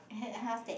how's that